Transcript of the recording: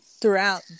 throughout